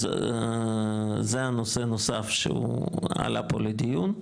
זה הנושא הנוסף שעלה פה לדיון.